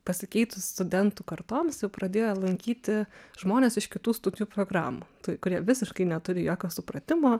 pasikeitus studentų kartoms jau pradėjo lankyti žmonės iš kitų studijų programų tų kurie visiškai neturi jokio supratimo